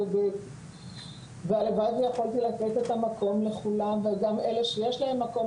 צודק והלוואי ויכולתי לתת את המקום לכולם וגם אלה שיש להם מקום,